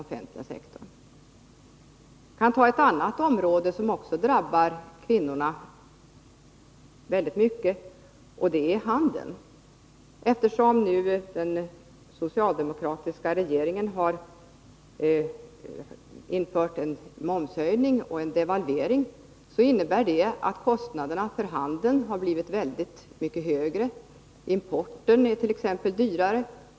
Jag kan nämna ett annat område som också berör kvinnorna, nämligen handeln. Eftersom den socialdemokratiska regeringen har höjt momsen och genomfört en devalvering har kostnaderna för handeln blivit mycket högre — importen är t.ex. dyrare.